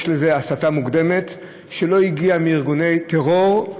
יש לזה הסתה מוקדמת שלא הגיעה מארגוני טרור,